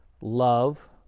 love